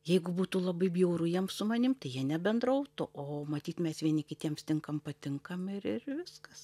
jeigu būtų labai bjauru jiems su manim tai jie nebendrautų o matyt mes vieni kitiems tinkam patinkam ir ir viskas